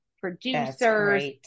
producers